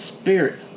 spirit